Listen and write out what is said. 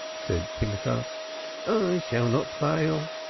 said pinchas i shall not fail.